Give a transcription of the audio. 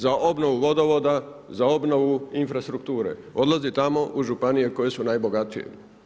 Za obnovu vodovoda, za obnovu infrastrukture, odlazi tamo u županije koje su najbogatije.